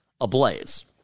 ablaze